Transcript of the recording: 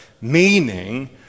meaning